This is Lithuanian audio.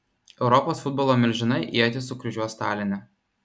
europos futbolo milžinai ietis sukryžiuos taline